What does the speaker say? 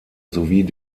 sowie